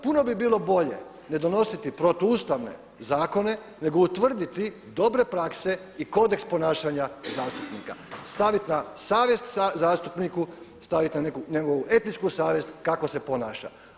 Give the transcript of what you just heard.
Puno bi bilo bolje ne donositi protuustavne zakone, nego utvrditi dobre prakse i kodeks ponašanja zastupnika, stavit na savjest zastupniku, stavit na njegovu etničku savjest kako se ponaša.